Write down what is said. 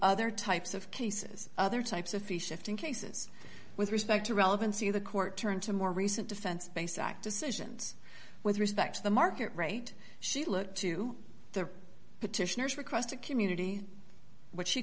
other types of cases other types of fee shifting cases with respect to relevancy the court turned to more recent defense base act to citizens with respect to the market rate she looked to the petitioners requested community what she